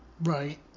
Right